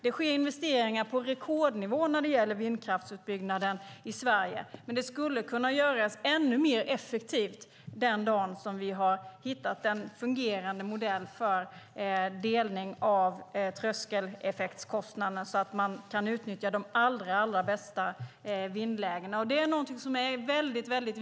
Det sker investeringar på rekordnivå när det gäller vindkraftsutbyggnaden i Sverige, men investeringarna kan bli ännu mer effektiva den dag vi har fått fram en fungerande modell för delning av kostnaderna för tröskeleffekterna så att de allra bästa vindlägena kan utnyttjas. Det är viktigt.